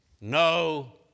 no